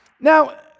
Now